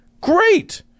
Great